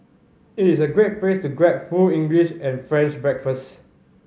it is a great place to grab full English and French breakfast